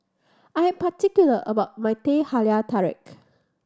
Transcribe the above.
I am particular about my Teh Halia Tarik